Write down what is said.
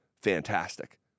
fantastic